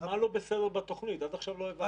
מה לא בסדר בתוכנית, עד עכשיו לא הבנתי.